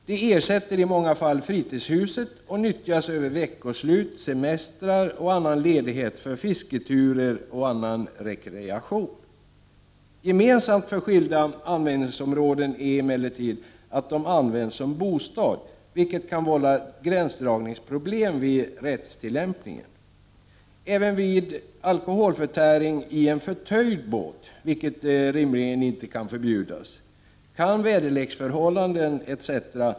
De ersätter i många fall fritidshuset och nyttjas över veckoslut, semestrar och annan ledighet för fisketurer och annan rekreation. Gemensamt för skilda användningsområden är emellertid att de används som bostad, vilket kan vålla gränsdragningsproblem vid rättstillämpningen. Även vid alkoholförtäring i en förtöjd båt — vilket rimligtvis inte kan förbjudas — kan väderleksförhållanden etc.